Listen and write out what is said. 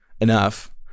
enough